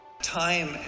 Time